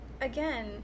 Again